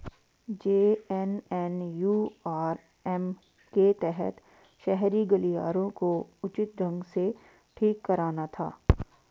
JNNURM के तहत शहरी गलियारों को उचित ढंग से ठीक कराना था